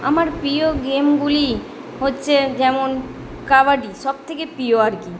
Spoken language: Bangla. আমার প্রিয় গেমগুলি হচ্ছে যেমন কাবাডি সব থেকে প্রিয় আর কি